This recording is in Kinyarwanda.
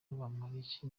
bamporiki